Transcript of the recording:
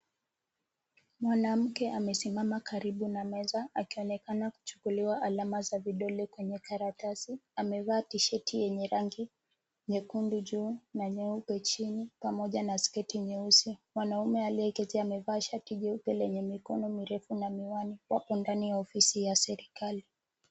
Mwanamke amesimama karibu na meza akionekana kuchukuliwa alama za vidole kwenye karatasi, amevaa tisheti yenye rangi nyekundu juu na nyeupe chini pamoja na sketi nyeusi. Mwanaume aliyekaa amevaa shati jeupe lenye mikono mirefu na miwani wako ndani ya ofisi ya serikali.